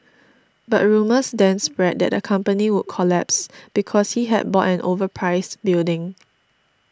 but rumours then spread that the company would collapse because he had bought an overpriced building